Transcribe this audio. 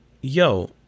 yo